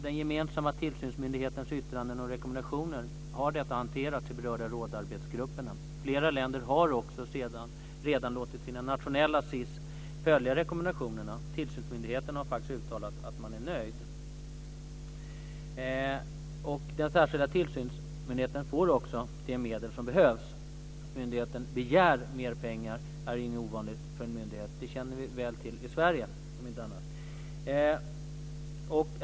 Den gemensamma tillsynsmyndighetens ytranden och rekommendationer har hanterats i de berörda rådsarbetsgrupperna. Flera länder har också redan låtit sina nationella SIS följa rekommendationerna. Tillsynsmyndigheten har faktiskt uttalat att man är nöjd. Den särskilda tillsynsmyndigheten får också de medel som behövs. Att myndigheten begär mer pengar är inget ovanligt för en myndighet. Det känner vi om inte annat väl till i Sverige.